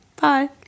Bye